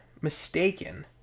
Mistaken